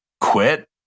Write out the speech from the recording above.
quit